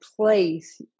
place